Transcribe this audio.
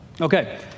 Okay